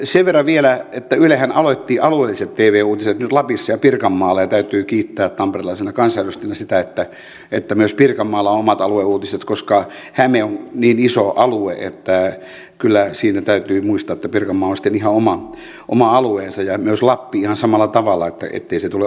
sen verran vielä että ylehän aloitti alueelliset tv uutiset nyt lapissa ja pirkanmaalla ja täytyy kiittää tamperelaisena kansanedustaja sitä että myös pirkanmaalla on omat alueuutiset koska häme on niin iso alue että kyllä siinä täytyy muistaa että pirkanmaa on sitten ihan oma alueensa ja myös lappi ihan samalla tavalla ettei se lähetys tule oulusta